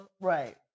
Right